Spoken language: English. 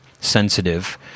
sensitive